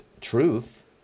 truth